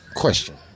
question